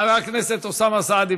חבר הכנסת אוסאמה סעדי,